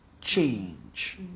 change